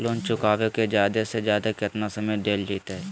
Loan चुकाबे के जादे से जादे केतना समय डेल जयते?